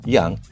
Yang